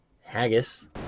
Haggis